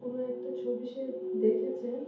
কোনো একটা ছবি সে দেখেছে